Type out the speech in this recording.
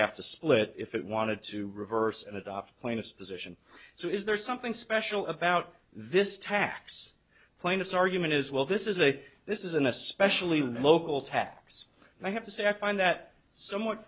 have to split if it wanted to reverse and adopt plainest position so is there something special about this tax plaintiff's argument is well this is a this is an especially local tax and i have to say i find that somewhat